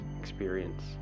experience